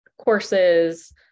courses